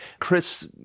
chris